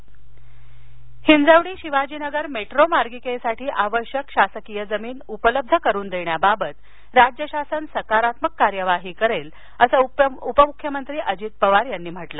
पणे metro Hinjawadi Shivajinagar metro मार्गिकेसाठी आवश्यक शासकीय जमीन उपलब्ध करुन देण्याबाबत राज्य शासन सकारात्मक कार्यवाही करेल असं उपमुख्यमंत्री अजित पवार यांनी सांगितलं